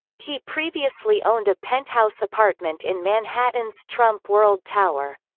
he previously owned a penthouse apartment in manhattan's trump world tower.